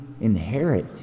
inherit